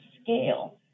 scale